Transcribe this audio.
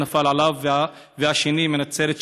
והשני מנצרת,